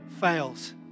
fails